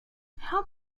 how